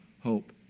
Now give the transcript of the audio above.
hope